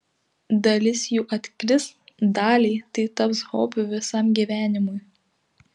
dalis jų atkris daliai tai taps hobiu visam gyvenimui